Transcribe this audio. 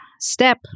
step